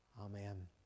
Amen